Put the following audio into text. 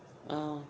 oh